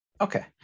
Okay